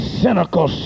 cynical